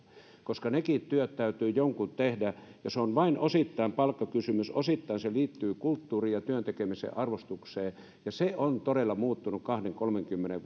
koska nekin työt täytyy jonkun tehdä ja se on vain osittain palkkakysymys osittain se liittyy kulttuuriin ja työn tekemisen arvostukseen ja se on todella muuttunut kahdenkymmenen viiva kolmenkymmenen